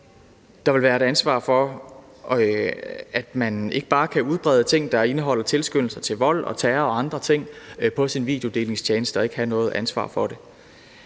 Der vil være et ansvar for, at man ikke bare kan udbrede ting, der indeholder tilskyndelse til vold, terror og andre ting, på sin videodelingstjeneste og ikke have noget ansvar for det.